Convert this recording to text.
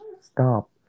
stop